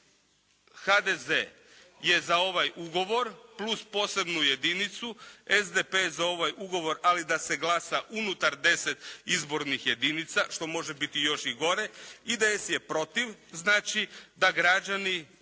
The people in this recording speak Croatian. HDZ je za ovaj ugovor plus posebnu jedinicu, SDP je za ovaj ugovor ali da se glasa unutar deset izbornih jedinica što može biti još i gore. IDS je protiv, znači da građani